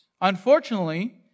Unfortunately